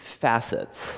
facets